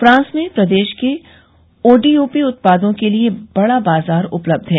France में प्रदेश के ओडीओपी उत्पादों के लिये बड़ा बाजार उपलब्ध है